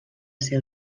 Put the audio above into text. ser